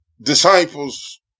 disciples